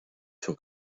sur